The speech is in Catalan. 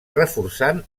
reforçant